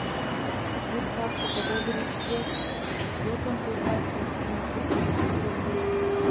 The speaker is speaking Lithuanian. ji svarsto kada grįš džekas jo konsultacijos ėmė trukti vis daugiau laiko